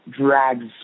drags